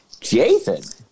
Jason